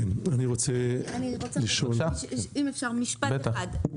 אם אפשר, משפט אחד.